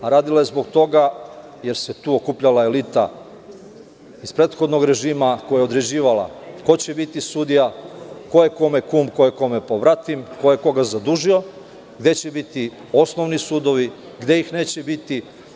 Radila je zbog toga jer se tu okupljala elita iz prethodnog režima, koja je određivala ko će biti sudija, ko je kome kum, ko je kome pobratim, ko je koga zadužio, gde će biti osnovni sudovi, gde ih neće biti.